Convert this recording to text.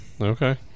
Okay